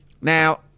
Now